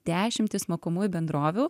dešimtys mokomųjų bendrovių